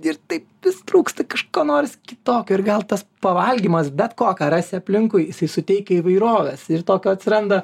ir taip vis trūksta kažko noris kitokio ir gal tas pavalgymas bet ko ką rasi aplinkui jisai suteikia įvairovės ir tokio atsiranda